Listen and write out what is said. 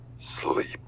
Sleep